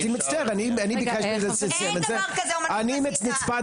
אני מצטער -- אין דבר כזה אמנות מסיתה,